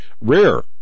Rare